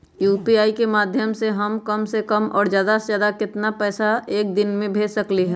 UPI के माध्यम से हम कम से कम और ज्यादा से ज्यादा केतना पैसा एक दिन में भेज सकलियै ह?